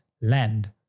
land